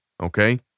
okay